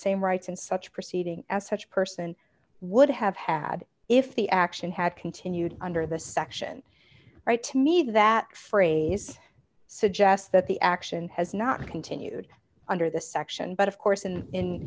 same rights in such proceeding as such person would have had if the action had continued under the section right to me that phrase suggests that the action has not continued under this section but of course in in